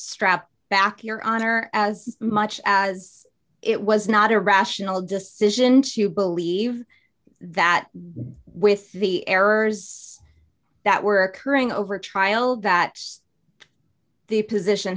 strapped back your honor as much as it was not a rational decision to believe that with the errors that were occurring over a trial that the position